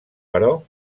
però